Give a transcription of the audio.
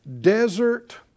desert